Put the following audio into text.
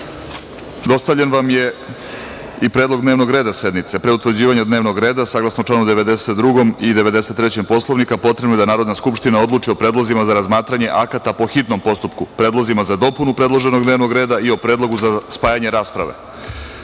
zasedanja. Dostavljen vam je i predlog dnevnog reda sednice. Pre utvrđivanja dnevnog reda, saglasno članu 92. i 93. Poslovnika, potrebno je da Narodna skupština odluči o predlozima za razmatranje akata po hitnom postupku, predlozima za dopunu predloženog dnevnog reda i o predlogu za spajanje rasprave. Vlada